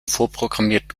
vorprogrammierten